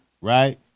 Right